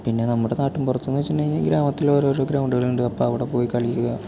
പിന്നെ നമ്മുടെ നാട്ടിൻപുറത്തെന്നു വെച്ചിട്ടുണ്ടെങ്കിൽ ഗ്രാമത്തിലോരോരോ ഗ്രൗണ്ടുകളുണ്ട് അപ്പോൾ അവിടെ പോയി കളിക്കുക